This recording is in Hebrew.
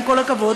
עם כל הכבוד,